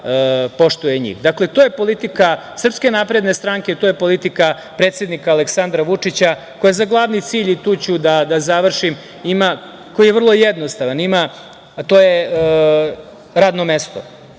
poštuje njih. To je politika SNS, to je politika predsednika Aleksandra Vučića, koja za glavni cilj i tu ću da završim, ima, koji je vrlo jednostavan, ima, a to je radno mesto,